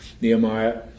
Nehemiah